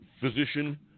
physician